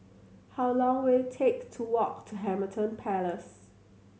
how long will it take to walk to Hamilton Palace